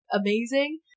amazing